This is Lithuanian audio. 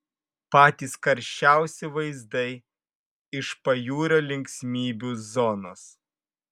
patys karščiausi vaizdai iš pajūrio linksmybių zonos